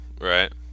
right